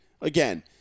again